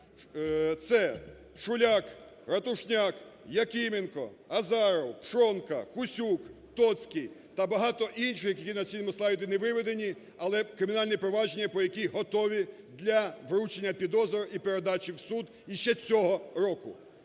це Шуляк, Ратушняк, Якименко, Азаров, Пшонка, Кусюк, Тоцький та багато інших, які на цьому слайді не виведені, але кримінальні провадження по яких готові для вручення підозри і передачі в суд іще цього року.